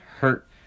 hurt